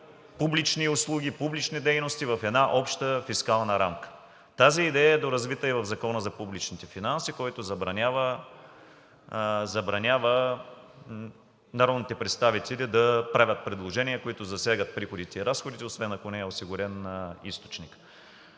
публични услуги, публични дейности в една обща фискална рамка. Тази идея е доразвита и в Закона за публичните финанси, който забранява народните представители да правят предложения, които засягат приходите и разходите, освен ако не е осигурен източникът.